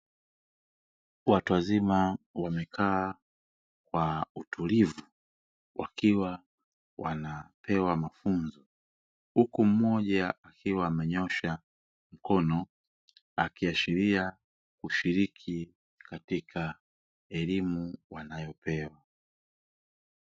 Watu wazima wamekaa kwa utulivu wakiwa wanapewa mafunzo huku mmoja akiwa amenyoosha mkono, akiashiria ushiriki katika elimu wanayopewa.